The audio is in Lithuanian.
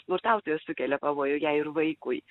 smurtautojas sukelia pavojų jai ir vaikui